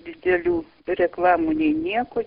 didelių reklamų nei nieko